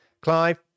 Clive